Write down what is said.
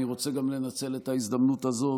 אני רוצה גם לנצל את ההזדמנות הזו